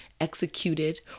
executed